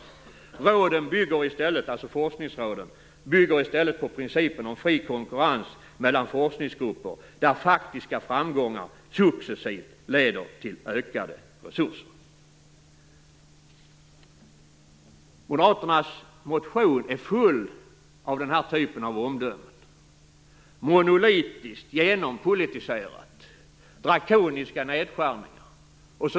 Råden" - dvs, forskningsråden - "bygger i stället på principen om fri konkurrens mellan forskningsgrupper där faktiska framgångar successivt leder till ökade resurser." Moderaternas motion är full av sådana omdömen som monolitiskt, genompolitiserat och drakoniska nedskärningar.